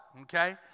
okay